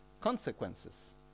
consequences